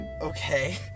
Okay